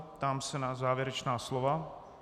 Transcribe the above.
Ptám se na závěrečná slova.